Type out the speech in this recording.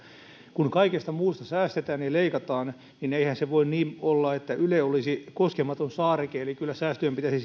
kun kaikesta muusta säästetään ja leikataan niin eihän se voi niin olla että yle olisi koskematon saareke eli kyllä säästöjen pitäisi